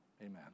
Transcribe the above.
Amen